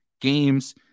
games